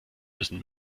müssen